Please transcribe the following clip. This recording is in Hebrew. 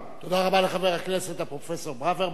תודה רבה לחבר הכנסת הפרופסור ברוורמן,